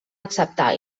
acceptar